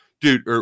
dude